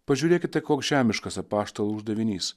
pažiūrėkite koks žemiškas apaštalų uždavinys